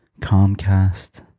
comcast